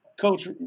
coach